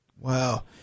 Wow